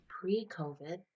pre-covid